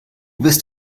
bist